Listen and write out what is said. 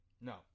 No